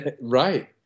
Right